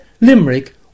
Limerick